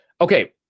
okay